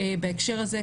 בהקשר הזה,